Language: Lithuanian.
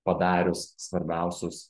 padarius svarbiausius